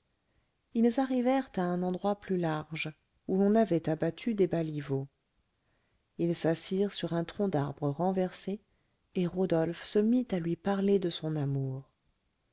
ils arrivèrent à un endroit plus large où l'on avait abattu des baliveaux ils s'assirent sur un tronc d'arbre renversé et rodolphe se mit à lui parler de son amour